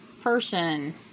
person